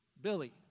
Billy